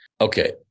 okay